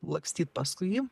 lakstyt paskui jį